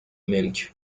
ملک